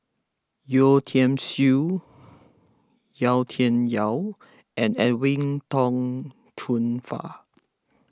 Yeo Tiam Siew Yau Tian Yau and Edwin Tong Chun Fai